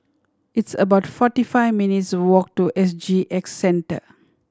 it's about forty five minutes' walk to S G X Center